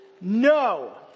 no